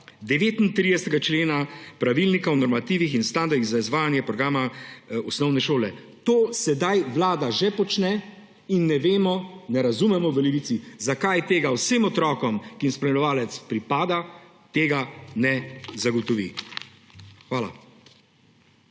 39. člena Pravilnika o normativih in standardih za izvajanje programa osnovne šole. To sedaj vlada že počne in ne vemo, ne razumemo v Levici, zakaj tega vsem otrokom, ki jim spremljevalec pripada, tega ne zagotovi. Hvala.